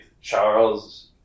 Charles